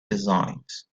designs